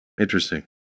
Interesting